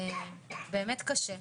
באמת קשה.